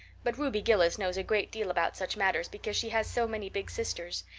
but ruby gillis knows a great deal about such matters because she has so many big sisters,